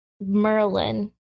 Merlin